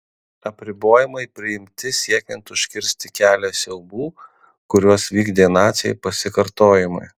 apribojimai priimti siekiant užkirsti kelią siaubų kuriuos vykdė naciai pasikartojimui